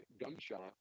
gunshot